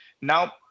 Now